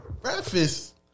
Breakfast